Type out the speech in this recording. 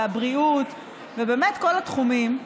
הבריאות ובאמת בכל התחומים,